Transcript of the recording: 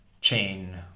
Chain